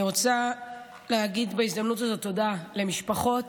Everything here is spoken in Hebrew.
אני רוצה להגיד בהזדמנות הזו תודה למשפחות